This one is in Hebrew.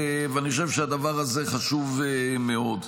אני חושב שהדבר הזה חשוב מאוד.